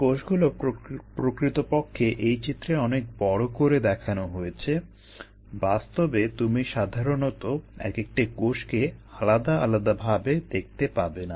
কোষগুলো প্রকৃতপক্ষে এই চিত্রে অনেক বড় করে দেখানো হয়েছে বাস্তবে তুমি সাধারণত একেকটি কোষকে আলাদা আলাদাভাবে দেখতে পাবে না